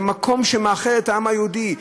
במקום שמאחד את העם היהודי.